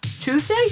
tuesday